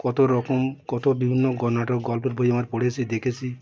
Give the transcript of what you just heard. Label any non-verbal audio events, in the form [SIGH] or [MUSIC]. কত রকম কত বিভিন্ন [UNINTELLIGIBLE] নাটক গল্পের বই আমার পড়েছি দেখেছি